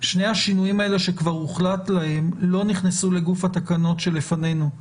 שני השינויים האלה שכבר הוחלט עליהם לא נכנסו לגוף התקנות שלפנינו.